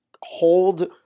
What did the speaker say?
hold